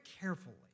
carefully